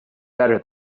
better